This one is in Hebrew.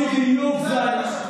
בדיוק זה.